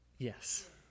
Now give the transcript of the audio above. Yes